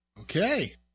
Okay